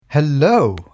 Hello